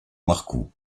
marcou